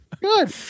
good